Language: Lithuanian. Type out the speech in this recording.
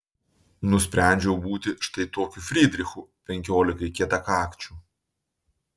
nusprendžiau būti štai tokiu frydrichu penkiolikai kietakakčių